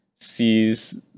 sees